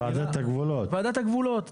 ועדת הגבולות.